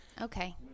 Okay